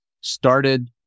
started